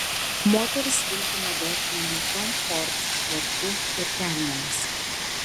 moteris vilki mados namų tom ford švarku ir kelnėmis